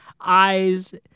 eyes